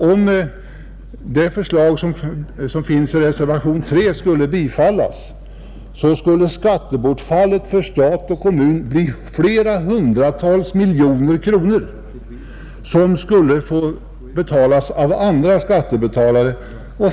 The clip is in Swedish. Om förslaget i reservationen 3 skulle bifallas, skulle skattebortfallet för stat och kommun nämligen bli flera hundratal miljoner kronor, som skulle få betalas av andra skattskyldiga.